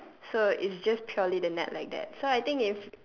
so it's just purely the net like that so I think if